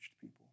people